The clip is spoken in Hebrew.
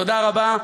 תודה רבה.